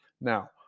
Now